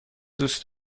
دوست